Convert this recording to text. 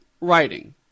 writing